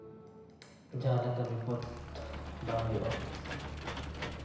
ᱡᱟᱦᱟᱸ ᱞᱮᱠᱟ ᱵᱤᱯᱚᱫ ᱵᱟᱝ ᱦᱩᱭᱩᱜᱼᱟ